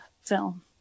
film